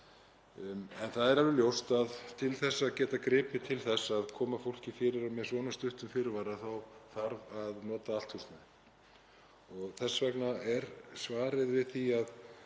En það er alveg ljóst að til þess að geta komið fólki fyrir með svona stuttum fyrirvara þá þarf að nota allt húsnæði. Þess vegna er svarið við því það